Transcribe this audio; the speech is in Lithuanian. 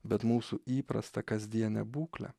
bet mūsų įprastą kasdienę būklę